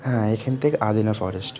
হ্যাঁ এখান থেকে আদিনা ফরেস্ট